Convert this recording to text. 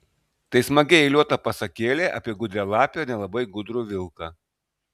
tai smagiai eiliuota pasakėlė apie gudrią lapę ir nelabai gudrų vilką